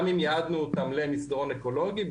גם אם ייעדנו אותם למסדרון אקולוגי,